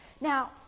Now